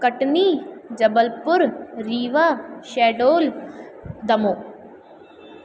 Katni Jabalpur Rewa Shahdol Damoh